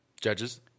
Judges